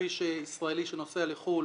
כפי שישראלי שנוסע לחו"ל